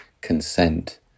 consent